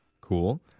Cool